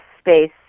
space